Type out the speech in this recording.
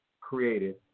created